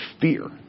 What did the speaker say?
fear